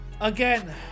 Again